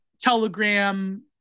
Telegram